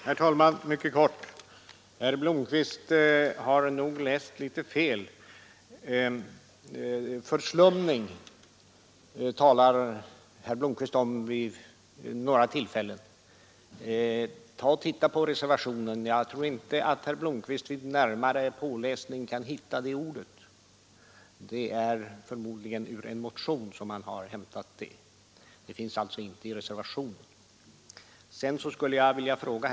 Herr talman! Mycket kort: Herr Blomkvist har nog läst litet fel. Han talar vid några tillfällen om ”förslumning” och kopplar ihop det med reservationen. Ta och titta på reservationen! Jag tror inte att herr Blomkvist vid en genomläsning kan hitta det ordet. Det är förmodligen ur fp-motionen som han har hämtat det. Ordet finns alltså inte i reservationen. Rätt skall vara rätt!